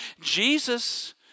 Jesus